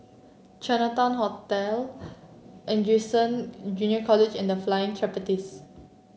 Chinatown Hotel Anderson Junior College and Flying Trapetze